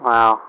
Wow